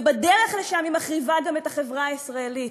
ובדרך לשם היא מחריבה גם את החברה הישראלית.